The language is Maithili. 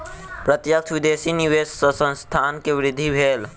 प्रत्यक्ष विदेशी निवेश सॅ संस्थान के वृद्धि भेल